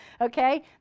Okay